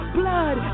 blood